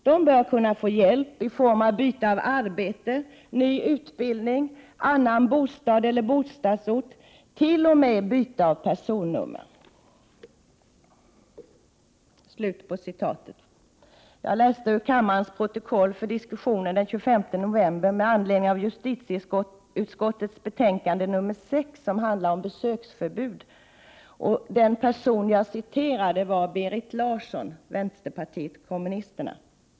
De bör kunna få hjälp i form av byte av arbete, ny utbildning, annan bostad eller bostadsort, t.o.m. byte av personnummer osv.” Jag läste ur kammarens protokoll den 25 november, närmare bestämt diskussionen med anledning av justitieutskottets betänkande 6 som handlar om besöksförbud. Den person som jag citerade var Berit Larsson, vänsterpartiet kommunisterna.